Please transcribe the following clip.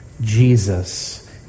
Jesus